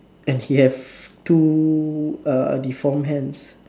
and he have two uh deformed hands